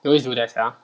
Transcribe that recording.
they always do that sia